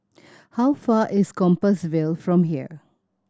how far is Compassvale from here